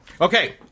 Okay